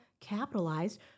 Capitalized